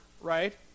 right